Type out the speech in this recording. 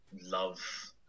love